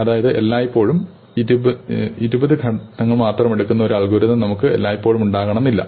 അതായത് എല്ലായ്പ്പോഴും ഇരുപത് ഘട്ടങ്ങൾ മാത്രം എടുക്കുന്ന ഒരു അൽഗോരിതം നമുക്ക് എല്ലായ്പ്പോഴും ഉണ്ടാകണമെന്നില്ല